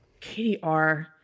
KDR